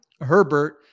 Herbert